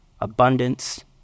abundance